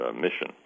mission